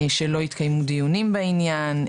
שלא התקיימו דיון בעניין,